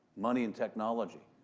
money in technology,